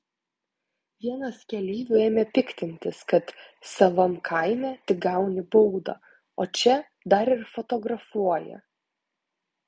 vienas keleivių ėmė piktintis kad savam kaime tik gauni baudą o čia dar ir fotografuoja